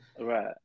Right